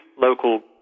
local